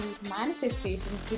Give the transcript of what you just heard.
manifestation